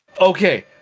Okay